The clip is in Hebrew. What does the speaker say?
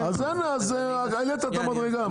העלית את המדרגה.